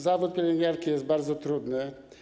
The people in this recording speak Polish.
Zawód pielęgniarki jest bardzo trudny.